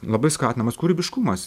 labai skatinamas kūrybiškumas